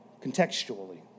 contextually